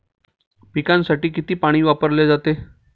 पिकांसाठी किती पाणी वापरले जाते?